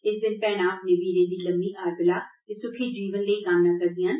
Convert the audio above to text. इस दिन भैहनां अपने बीरें दी लम्मी आरबला ते स्खी जीवन लेई कामना करदियां न